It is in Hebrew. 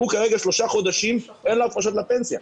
כרגע במשך שלושה חודשים אין לו הפרשות לפנסיה.